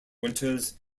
winters